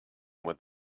with